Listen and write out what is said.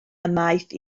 ymaith